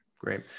Great